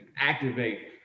activate